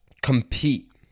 compete